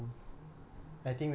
ஆமா:amaa